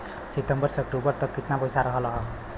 सितंबर से अक्टूबर तक कितना पैसा रहल ह?